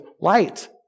light